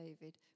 David